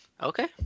Okay